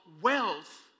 wealth